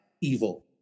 evil –